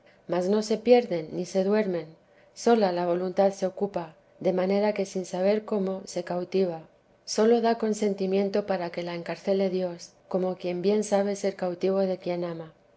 mas no se pierden ni se duermen sola la voluntad se ocupa de manera que sin saber cómo se cautiva sólo da consentimiento para que la encarcele dios como quien bien sabe ser cautivo de quien ama